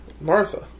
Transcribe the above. Martha